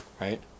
right